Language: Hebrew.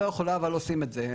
לא יכולה אבל עושים את זה.